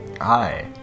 hi